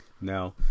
Now